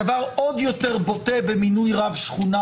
הדבר עוד יותר בוטה במינוי רב שכונה.